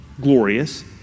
glorious